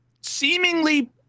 seemingly